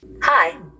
Hi